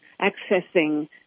accessing